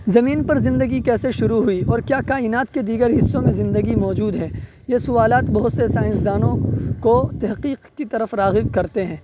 زمین پر زندگی کیسے شروع ہوئی اور کیا کائنات کے دیگر حصوں میں زندگی موجود ہے یہ سوالات بہت سے سائنس دانوں کو تحقیق کی طرف راغب کرتے ہیں